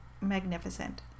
magnificent